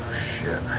shit.